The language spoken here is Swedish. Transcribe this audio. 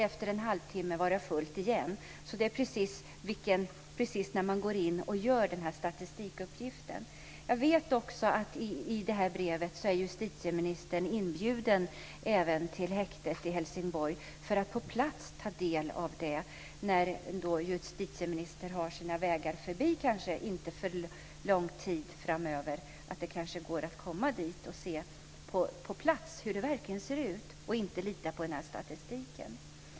Efter en halvtimme kan det vara fullt igen. Det beror på när man går in och tar fram den här statistikuppgiften. Jag vet också att det här brevet innehåller en inbjudan till justitieministern att komma till häktet i Helsingborg för att på plats ta del av hur det ser ut. Den kan justitieministern kanske utnyttja när han har sina vägar förbi, men det får inte dröja för länge. Det går kanske att komma dit och på plats se hur det verkligen ser ut i stället för att lita på statistiken.